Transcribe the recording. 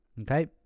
Okay